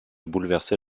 bouleverser